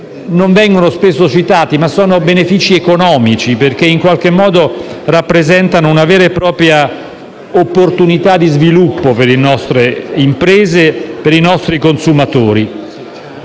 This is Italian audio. non vengono spesso citati, ma sono benefici economici, perché rappresentano una vera e propria opportunità di sviluppo per le nostre imprese e per i nostri consumatori.